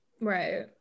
right